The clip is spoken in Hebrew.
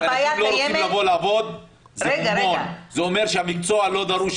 --- שאנשים לא רוצים לבוא לעבוד זה אומר שהמקצוע לא דרוש.